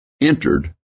entered